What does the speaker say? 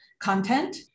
content